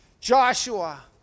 Joshua